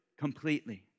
completely